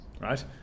right